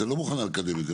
לא מוכנה לקדם את זה,